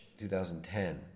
2010